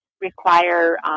require